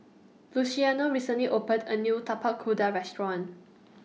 Luciano recently opened A New Tapak Kuda Restaurant